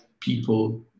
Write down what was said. people